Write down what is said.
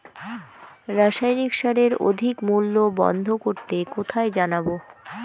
রাসায়নিক সারের অধিক মূল্য বন্ধ করতে কোথায় জানাবো?